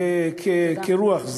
כרוח.